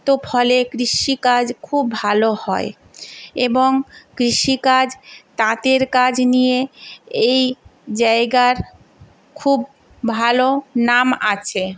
তো ফলে কৃষিকাজ খুব ভালো হয় এবং কৃষিকাজ তাঁতের কাজ নিয়ে এই জায়গার খুব ভালো নাম আছে